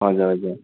हजुर हजुर